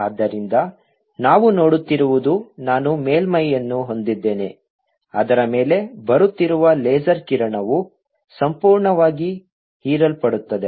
ಆದ್ದರಿಂದ ನಾವು ನೋಡುತ್ತಿರುವುದು ನಾನು ಮೇಲ್ಮೈಯನ್ನು ಹೊಂದಿದ್ದೇನೆ ಅದರ ಮೇಲೆ ಬರುತ್ತಿರುವ ಲೇಸರ್ ಕಿರಣವು ಸಂಪೂರ್ಣವಾಗಿ ಹೀರಲ್ಪಡುತ್ತದೆ